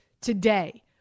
today